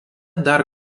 dar